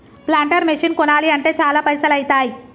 planter machine కొనాలి అంటే చాల పైసల్ ఐతాయ్